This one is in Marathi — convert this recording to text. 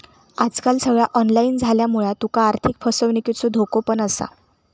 आजकाल सगळा ऑनलाईन झाल्यामुळा तुका आर्थिक फसवणुकीचो धोको पण असा